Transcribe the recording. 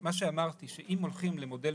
מה שאמרתי זה שאם הולכים למודל